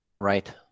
Right